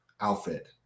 outfit